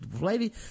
lady